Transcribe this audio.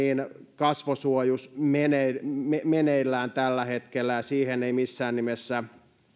kasvosuojus meneillään meneillään tällä hetkellä siihen ei missään nimessä